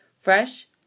fresh